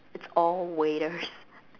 it's all waiters